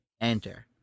Enter